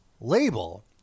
label